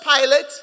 Pilate